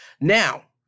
Now